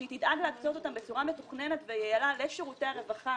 שהיא תדאג להקצות אותם בצורה מתוכננת ויעילה לשירותי הרווחה